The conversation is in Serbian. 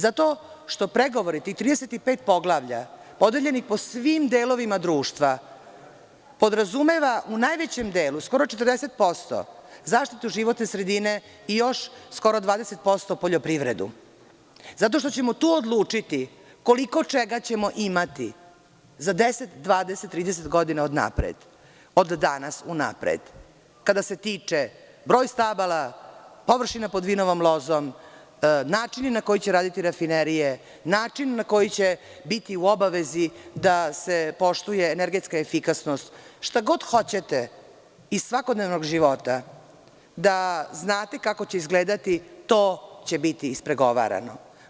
Zato što pregovori, tih 35 poglavlja podeljenih po svim delovima društva podrazumeva u najvećem delu, skoro 40% zaštitu životne sredine i skoro 20% poljoprivredu, zato što ćemo tu odlučiti koliko čega ćemo imati za deset, 20 ili 30 godina unapred od danas kada se tiče broj stabala, površina pod vinovom lozom, načini na koji će raditi rafinerije, načini na koji će biti u obavezi da se poštuje energetska efikasnost, šta god hoćete iz svakodnevnog života da znate kako će izgledati, to će biti ispregovarano.